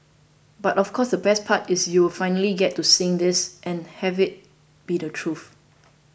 but of course the best part is you'll finally get to sing this and have it be the truth